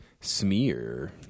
smear